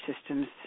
systems